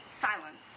silence